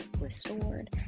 restored